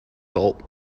salt